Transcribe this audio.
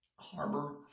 harbor